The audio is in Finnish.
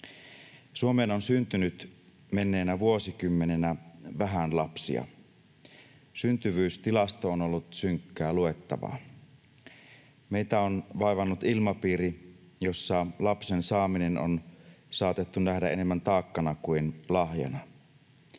Suomeen on syntynyt menneenä vuosikymmenenä vähän lapsia. Syntyvyystilasto on ollut synkkää luettavaa. Meitä on vaivannut ilmapiiri, jossa lapsen saaminen on saatettu nähdä enemmän taakkana kuin lahjana.